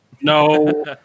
No